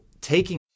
taking